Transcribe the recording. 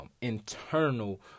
internal